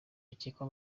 bakekwa